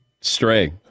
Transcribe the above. stray